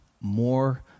more